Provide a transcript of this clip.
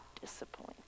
disappoint